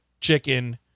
chicken